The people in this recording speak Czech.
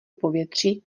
povětří